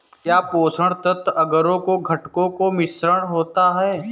क्या पोषक तत्व अगरो दो घटकों का मिश्रण होता है?